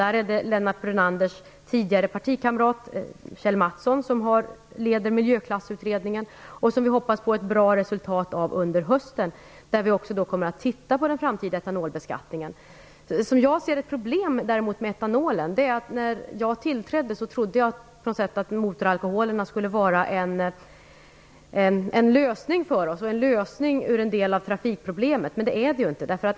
Det är Lennart Brunanders tidigare partikamrat Kjell Mattsson som leder Miljöklassutredningen. Vi hoppas på ett bra resultat under hösten av utredningen. Där kommer vi att ha tittat på den framtida etanolbeskattningen. Jag ser dock problem med etanol. När jag tillträdde trodde jag att motoralkoholerna skulle vara en lösning för en del av trafikproblemen, men det är de inte.